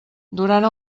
durant